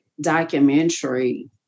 documentary